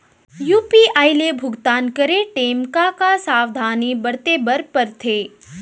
UPI ले भुगतान करे टेम का का सावधानी बरते बर परथे